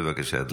בבקשה, אדוני.